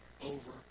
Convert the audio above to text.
over